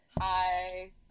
Hi